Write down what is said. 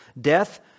Death